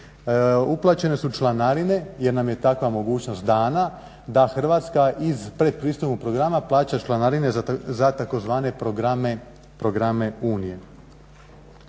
2012.uplaćene su članarine jer nam je takva mogućnost dana da Hrvatska iz pretpristupnog programa plaća članarine za tzv. programe Unije.